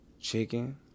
chicken